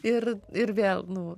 ir ir vėl nu